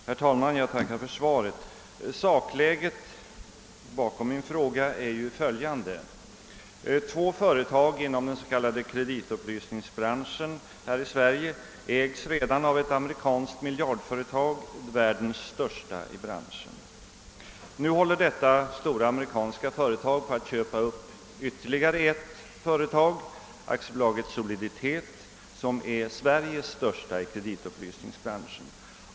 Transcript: Herr talman! Jag tackar för svaret. Sakläget bakom min fråga är ju följande: Två företag inom den s.k. kreditupplysningsbranschen här i Sverige ägs redan av ett amerikanskt miljardföretag, världens största i branschen. Nu håller detta stora amerikanska företag på att köpa upp ytterligare ett företag, AB Soliditet, som är Sveriges största i kreditupplysningsbranschen.